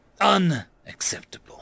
Unacceptable